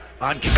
On